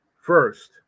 First